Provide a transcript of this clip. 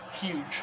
huge